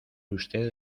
usted